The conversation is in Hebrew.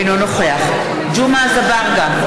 אינו נוכח ג'מעה אזברגה,